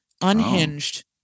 unhinged